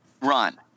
Run